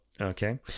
okay